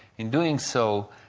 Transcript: in doing so,